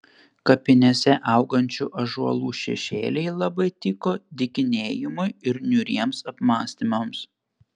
kapinėse augančių ąžuolų šešėliai labai tiko dykinėjimui ir niūriems apmąstymams